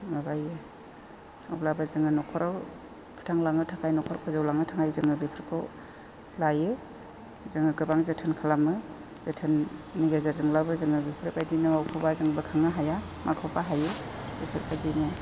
माबायो अब्लाबो जोङो न'खराव फोथांलांनो थाखाय न'खर फोजौलांनो थाखाय जोङो बेफोरखौ लायो जोङो गोबां जोथोन खालामो जोथोननि गेजेरजोंब्लाबो जोङो बेफोरबायदिनो अबेखौबा जोङो बोखांनो हाया माखौबा हायो बेफोरबायदिनो